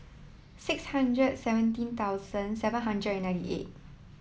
six hundred seventeen thousand seven thousand and ninety eight